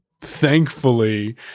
Thankfully